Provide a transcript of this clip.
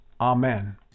Amen